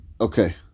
Okay